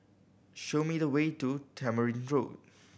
show me the way to Tamarind Road